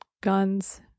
guns